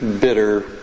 bitter